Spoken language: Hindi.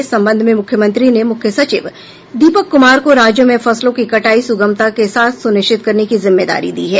इस संबंध में मुख्यमंत्री ने मुख्य सचिव दीपक कुमार को राज्यों में फसलों की कटाई सुगमता के साथ सुनिश्चित करने की जिम्मेदारी दी है